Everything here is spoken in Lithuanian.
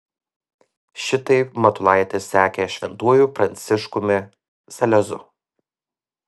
šitaip matulaitis sekė šventuoju pranciškumi salezu